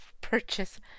purchase